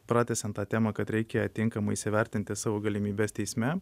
pratęsiant tą temą kad reikia tinkamai įsivertinti savo galimybes teisme